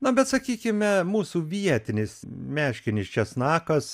na bet sakykime mūsų vietinis meškinis česnakas